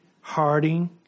Harding